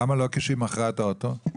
למה לא כשהיא מכרה את האוטו?